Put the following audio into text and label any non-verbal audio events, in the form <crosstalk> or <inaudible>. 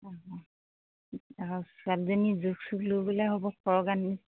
অঁ অঁ <unintelligible> ছোৱালীজনী জুচ চুচ লৈ গ'লে হ'ব ফ্ৰক আনিম